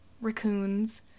raccoons